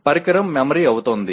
పరికరం మెమరీ అవుతుంది